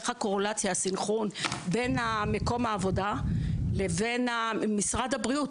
איך הסנכרון בין מקום העבודה לבין משרד הבריאות?